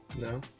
No